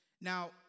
Now